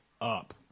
up